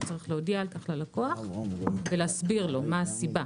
צריך לודיע על כך ללקוח ולהסביר לו מה הסיבה,